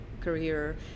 career